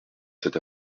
cette